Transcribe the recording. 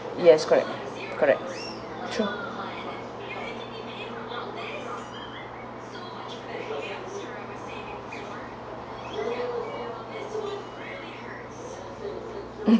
yes correct correct true